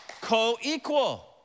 co-equal